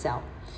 sell